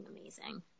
amazing